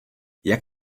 jak